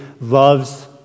loves